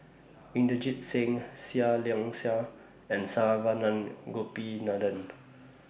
Inderjit Singh Seah Liang Seah and Saravanan Gopinathan